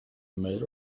maid